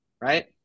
right